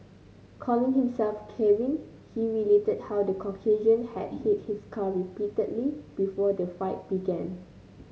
calling himself Kevin he related how the Caucasian had hit his car repeatedly before the fight began